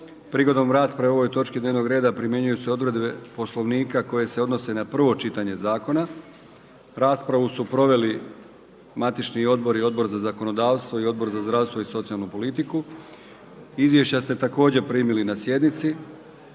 Prigodom rasprave o ovoj točki dnevnog reda primjenjuju se odredbe Poslovnika koje se odnose na 1. čitanje zakona. Raspravu su proveli Odbor za zakonodavstvo i Odbor za poljoprivredu. Izvješća ste primili na sjednici.